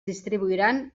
distribuiran